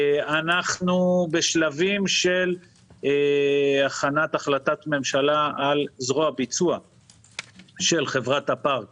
אנחנו בשלבים של הכנת החלטת ממשלה על זרוע ביצוע של חברת הפארק